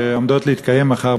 שעומדות להתקיים מחר,